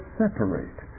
separate